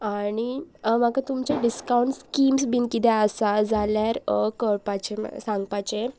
आनी म्हाका तुमचे डिस्कावंट स्किम्स बीन कितें आसा जाल्यार करपाचें सांगपाचे